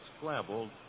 scrambled